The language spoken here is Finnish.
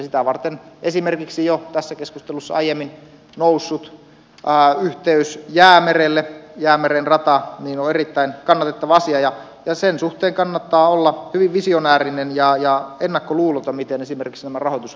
sitä varten esimerkiksi jo tässä keskustelussa aiemmin noussut yhteys jäämerelle jäämeren rata on erittäin kannatettava asia ja sen suhteen kannattaa olla hyvin visionäärinen ja ennakkoluuloton miten esimerkiksi nämä rahoitusratkaisut saadaan aikaan